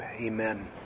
amen